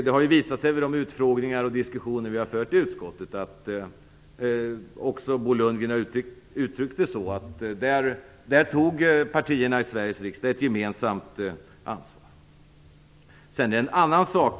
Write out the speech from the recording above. Det har visat sig vid de utfrågningar och de diskussioner vi har fört i utskottet, även Bo Lundgren har uttryckt det så, att där tog partierna i Sveriges riksdag ett gemensamt ansvar.